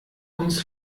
uns